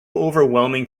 overwhelming